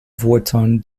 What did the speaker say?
vorton